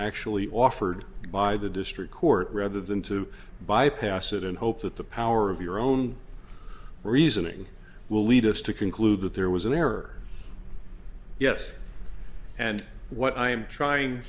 actually offered by the district court rather than to bypass it and hope that the power of your own reasoning will lead us to conclude that there was an error yes and what i am trying